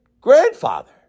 grandfather